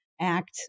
act